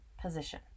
position